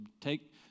take